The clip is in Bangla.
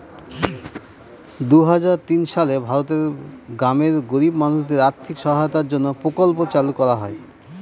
দুই হাজার তিন সালে ভারতের গ্রামের গরিব মানুষদের আর্থিক সহায়তার জন্য প্রকল্প চালু করা হয়